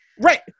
right